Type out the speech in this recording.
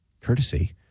courtesy